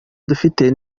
dufite